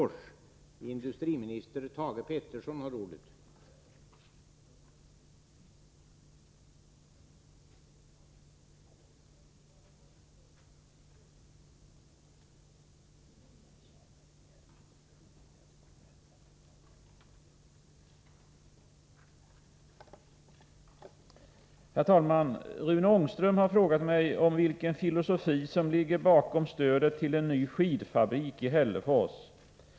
Rune Ångström har frågat mig om vilken filosofi som ligger bakom stödet till en ny skidfabrik i Hällefors.